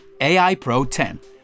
AIPRO10